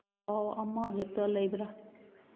ꯄꯥꯎ ꯑꯃ ꯍꯦꯛꯇ ꯂꯩꯕ꯭ꯔꯥ